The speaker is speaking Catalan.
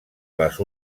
les